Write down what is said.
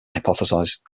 hypothesized